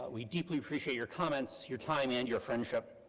we deeply appreciate your comments, your time, and your friendship.